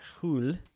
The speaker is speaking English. Hul